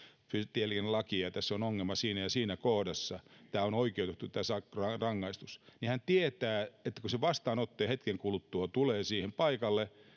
tieliikennelakia tässä on ongelma siinä ja siinä kohdassa tämä on oikeutettu tämä rangaistus hän tietää että kun se vastaanottaja hetken kuluttua tulee siihen paikalle